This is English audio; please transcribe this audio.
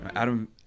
Adam